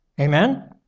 Amen